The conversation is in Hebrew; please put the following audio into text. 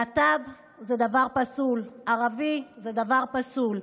להט"ב זה דבר פסול, ערבי זה דבר פסול.